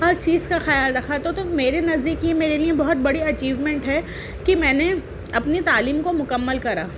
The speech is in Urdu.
ہر چیز کا خیال رکھا تھا تو میرے نزدیک یہ میرے لیے بہت بڑی اچیومنٹ ہے کہ میں نے اپنی تعلیم کو مکمل کرا